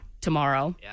tomorrow